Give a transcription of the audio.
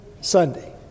Sunday